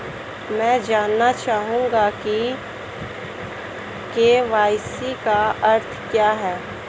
मैं जानना चाहूंगा कि के.वाई.सी का अर्थ क्या है?